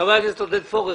חבר הכנסת עודד פורר.